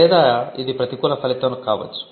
లేదా ఇది ప్రతికూల ఫలితం కావచ్చు